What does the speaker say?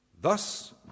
Thus